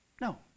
No